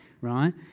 right